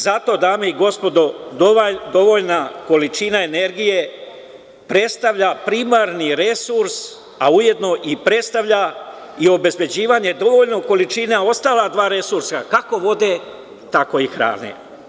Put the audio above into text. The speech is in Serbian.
Zato, dame i gospodo, dovoljna količina energije predstavlja primarni resurs, a ujedno i predstavlja i obezbeđivanje dovoljnih količina ostala dva resursa, kako vode tako i hrane.